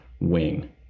wing